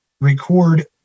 record